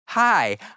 Hi